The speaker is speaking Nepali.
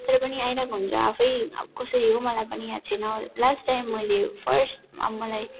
तर पनि आइरहेको हुन्छ आफै अब कसरी हो मलाई पनि याद छैन लास्ट टाइम मैले फर्स्ट अब मलाई